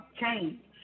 change